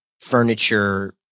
furniture